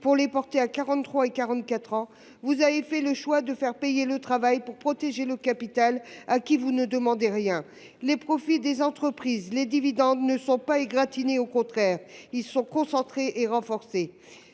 porter le nombre à 43 ans et 44 ans, vous avez fait le choix de faire payer le travail pour protéger le capital, à qui vous ne demandez rien. Les profits des entreprises, les dividendes ne sont pas égratignés. Au contraire, ils sont concentrés et renforcés.